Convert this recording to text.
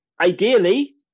ideally